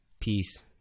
peace